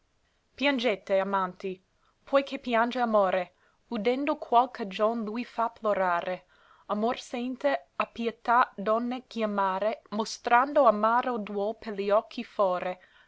piangete amanti poi che piange amore udendo qual cagion lui fa plorare amor sente a pietà donne chiamare mostrando amaro duol per gli occhi fore